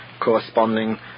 corresponding